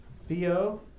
Theo